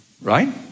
right